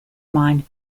mind